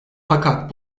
fakat